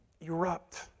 erupt